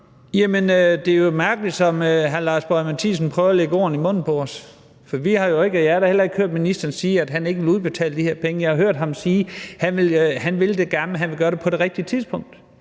det er jo mærkeligt, som hr. Lars Boje Mathiesen prøver at lægge ord i munden på os. For jeg har da heller ikke hørt ministeren sige, at han ikke vil udbetale de her penge – jeg har hørt ham sige, at han gerne vil det, men at han vil gøre det på det rigtige tidspunkt.